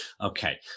Okay